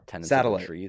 Satellite